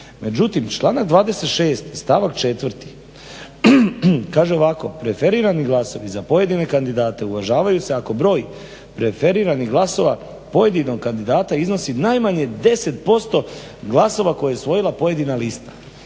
Međutim, članak 26. stavak 4. kaže ovako: "Preferirani glasovi za pojedine kandidate uvažavaju se ako broj preferiranih glasova pojedinog kandidata iznosi najmanje 10% glasova koje je osvojila pojedina lista."